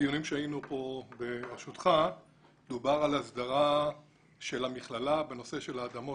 בדיונים שהיינו פה בראשותך דובר על הסדרה של המכללה בנושא של האדמות,